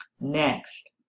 Next